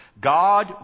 God